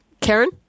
Karen